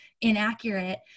inaccurate